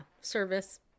service